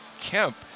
kemp